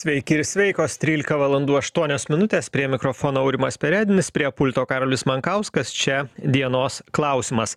sveiki ir sveikos trylika valandų aštuonios minutės prie mikrofono aurimas perednis prie pulto karalius mankauskas čia dienos klausimas